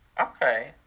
Okay